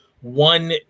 one